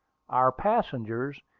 our passengers,